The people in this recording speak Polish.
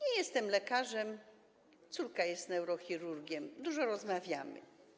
Nie jestem lekarzem, córka jest neurochirurgiem, dużo rozmawiamy.